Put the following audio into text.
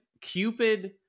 cupid